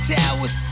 towers